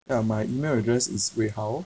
ya my email address is wei hao